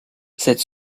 cette